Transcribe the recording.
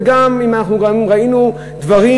ואנחנו גם ראינו דברים